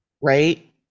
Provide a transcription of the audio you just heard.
right